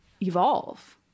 evolve